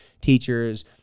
teachers